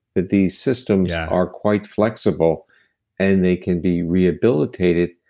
that these systems are quite flexible and they can be rehabilitated,